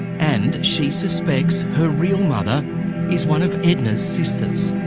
and she suspects her real mother is one of edna's sisters.